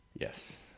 Yes